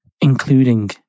including